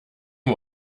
wir